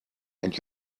and